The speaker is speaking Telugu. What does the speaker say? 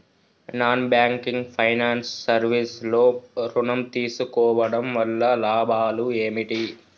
నాన్ బ్యాంకింగ్ ఫైనాన్స్ సర్వీస్ లో ఋణం తీసుకోవడం వల్ల లాభాలు ఏమిటి?